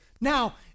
Now